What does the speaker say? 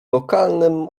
lokalnym